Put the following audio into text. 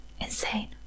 Insane